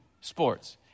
sports